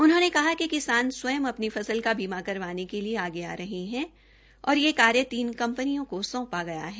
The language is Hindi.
उन्होंने कहा कि किसान स्वयं अपनी फस्ल का बीमा करवाने के लिए आगे आ रहे है और ये कार्य तीन कंपनियों को सौंपा गया है